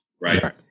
right